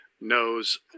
knows